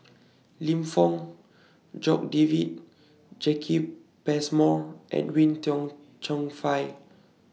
Lim Fong Jock David Jacki Passmore Edwin Tong Chun Fai